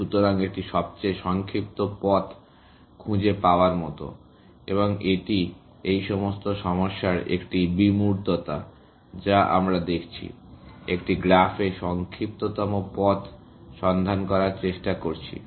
সুতরাং এটি সবচেয়ে সংক্ষিপ্ত পথ খুঁজে পাওয়ার মতো এবং এটি এই সমস্ত সমস্যার একটি বিমূর্ততা যা আমরা দেখছি একটি গ্রাফে সংক্ষিপ্ততম পথ সন্ধান করার চেষ্টা করছি